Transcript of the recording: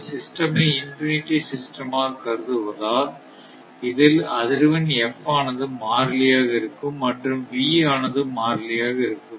இந்த சிஸ்டம் ஐ இன்பினிட்டி சிஸ்டமாக கருதுவதால் இதில் அதிர்வெண் f ஆனது மாறிலியாக இருக்கும் மற்றும் V ஆனது மாறிலியாக இருக்கும்